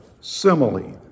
simile